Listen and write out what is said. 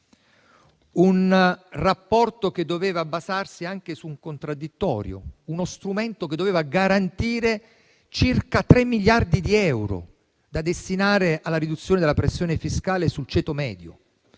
contribuente e doveva basarsi anche sul contraddittorio; uno strumento che doveva garantire circa tre miliardi di euro da destinare alla riduzione della pressione fiscale sul ceto medio.